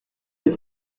des